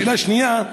שאלה שנייה,